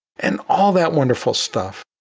and all that wonderful stuff.